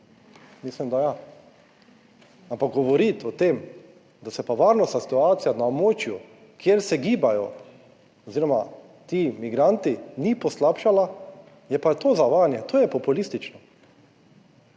Mislim da ja, ampak govoriti o tem, da se pa varnostna situacija na območju, kjer se gibajo oziroma ti migranti, ni poslabšala, je pa to zavajanje, to je populistično.